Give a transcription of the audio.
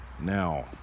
Now